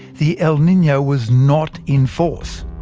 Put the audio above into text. the el nino was not in force.